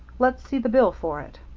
let's see the bill for it.